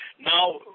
now –